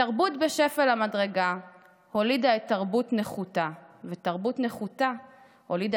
ותרבות בשפל המדרגה הולידה את תרבות נחותה / ותרבות נחותה הולידה